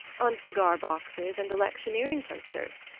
on cigar-boxes and electioneering posters?